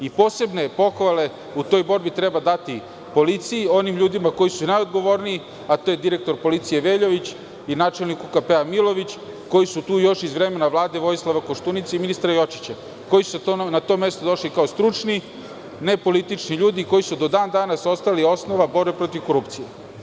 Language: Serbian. Posebne pohvale u toj borbi treba dati policiji, onim ljudima koji su najodgovorniji, a to je direktor policije Veljović i načelniku KP Miloviću, koji su tu još iz vremena Vlade Vojislava Koštunice i ministra Jočića, koji su na to mesto došli kao stručni, nepolitični ljudi, koji su do dan danas ostali osnova borbe protiv korupcije.